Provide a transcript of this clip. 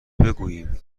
بگوییم